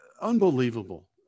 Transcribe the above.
unbelievable